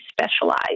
specialize